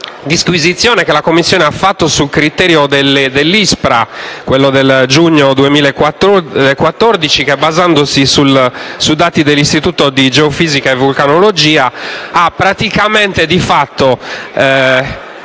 disquisizione che la Commissione ha fatto sul criterio per cui l'ISPRA, nel giugno 2014, basandosi sui dati dell'Istituto di geofisica e vulcanologia, ha praticamente indicato